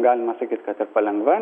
galima sakyt kad ir palengva